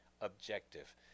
objective